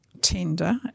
tender